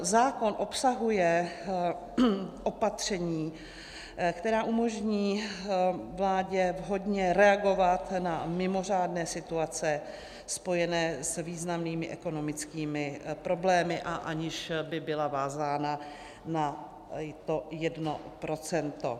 Zákon obsahuje opatření, která umožní vládě vhodně reagovat na mimořádné situace spojené s významnými ekonomickými problémy, aniž by byla vázána na to 1 %.